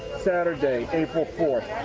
saturday april fourth.